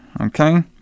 Okay